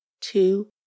two